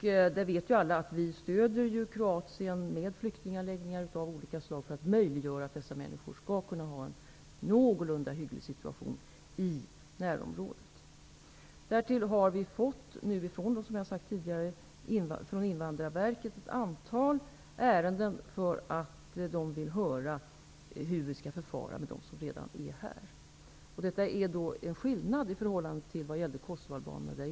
Alla vet att vi stöder Kroatien med flyktinganläggningar av olika slag för att möjliggöra en någorlunda hygglig situation i närområdet för dessa människor. Därtill har vi, som jag tidigare sagt, fått ett antal ärenden från Invandrarverket. Man vill höra hur vi skall förfara med de människor som redan är här. Detta skiljer sig från förhållandena vad gäller kosovoalbanerna.